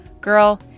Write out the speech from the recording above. Girl